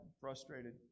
frustrated